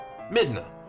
Midna